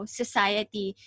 society